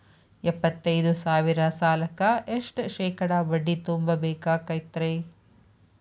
ಎಪ್ಪತ್ತೈದು ಸಾವಿರ ಸಾಲಕ್ಕ ಎಷ್ಟ ಶೇಕಡಾ ಬಡ್ಡಿ ತುಂಬ ಬೇಕಾಕ್ತೈತ್ರಿ?